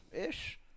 ish